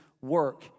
work